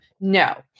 no